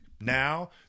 now